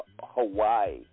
Hawaii